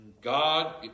God